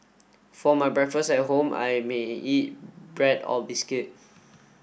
for my breakfast at home I may eat bread or biscuit